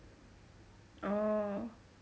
orh